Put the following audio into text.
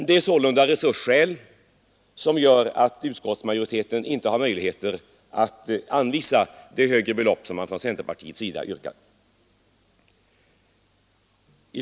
Det är resursskäl som gör att utskottsmajoriteten inte har möjligheter att föreslå det högre belopp som centerpartiet yrkar.